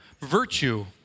virtue